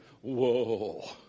whoa